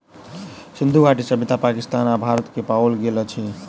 सिंधु घाटी सभ्यता पाकिस्तान आ भारत में पाओल गेल अछि